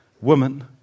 Woman